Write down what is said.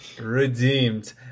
redeemed